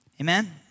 Amen